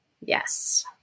Yes